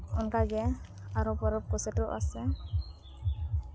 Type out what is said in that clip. ᱚᱱᱠᱟᱜᱮ ᱟᱨᱚ ᱯᱚᱨᱚᱵᱽ ᱠᱚ ᱥᱮᱴᱮᱨᱚᱜᱼᱟ ᱥᱮ